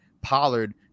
Pollard